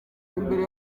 imbere